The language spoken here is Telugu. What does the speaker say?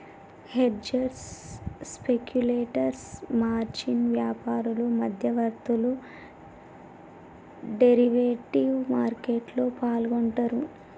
హెడ్జర్స్, స్పెక్యులేటర్స్, మార్జిన్ వ్యాపారులు, మధ్యవర్తులు డెరివేటివ్ మార్కెట్లో పాల్గొంటరు